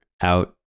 out